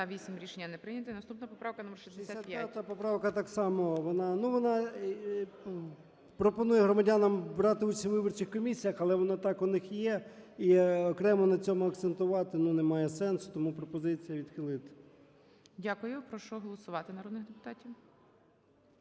вона пропонує громадянам брати участь у виборчих комісіях, але воно і так у них є. І окремо на цьому акцентувати, ну, немає сенсу. Тому пропозиція відхилити.